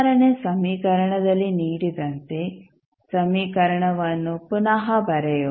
ನೇ ಸಮೀಕರಣದಲ್ಲಿ ನೀಡಿದಂತೆ ಸಮೀಕರಣವನ್ನು ಪುನಃ ಬರೆಯೋಣ